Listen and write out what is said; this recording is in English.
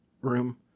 room